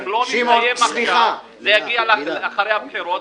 אם לא, זה יגיע לאחרי הבחירות.